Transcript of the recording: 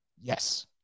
yes